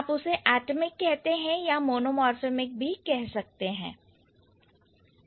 आप उसे एटमिक कहते हैं या मोनोमोर्फेमिक भी कह सकते हैं